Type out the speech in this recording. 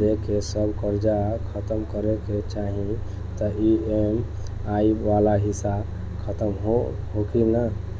देके सब कर्जा खतम करे के चाही त ई.एम.आई वाला हिसाब खतम होइकी ना?